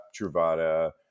Truvada